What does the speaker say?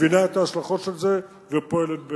מבינה את ההשלכות של זה ופועלת בהתאם.